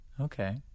Okay